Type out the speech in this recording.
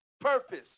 purpose